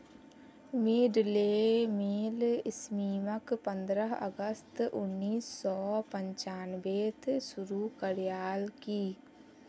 mid day meal स्कीमक पंद्रह अगस्त उन्नीस सौ पंचानबेत शुरू करयाल की